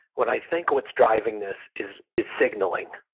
what i think what's driving this is is signaling.